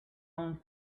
own